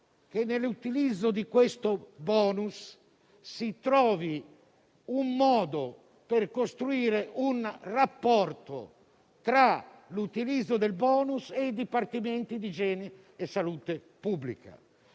che, nell'utilizzo di questo *bonus* si trovi un modo per costruire un rapporto tra l'utilizzo del *bonus* stesso e i dipartimenti di igiene e salute mentale,